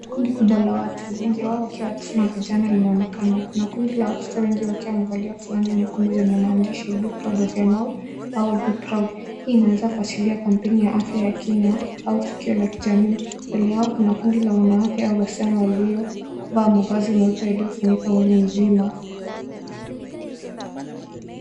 Kundi kubwa la watu, wengi wao wakiwa watoto na vijana linaonekana. Kuna kundi la watoto wengi wakiwa wamevalia fulana za rangi nyekundu yenye maandishi, be proud of your mouth, au, be proud .Hii inaweza kuashiria kampeni ya afya ya kinywa au tukio la kijamii. Mbele yao kuna kundi la wanawake au wasichana waliovaa mavazi meupe yaliyofunika mwili mzima.